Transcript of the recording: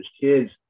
kids